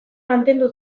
mantendu